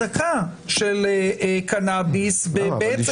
כמו ההחרגה של אותם משרתי חובה בגופים שנמצאים